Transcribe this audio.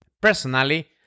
Personally